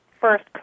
first